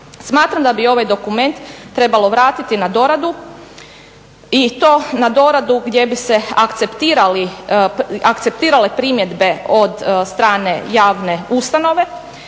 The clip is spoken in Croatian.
Smatram da bi ovaj dokument trebalo vratiti na doradu i to na doradu gdje bi se akceptirale primjedbe od strane javne ustanove